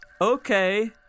Okay